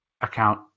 account